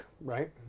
right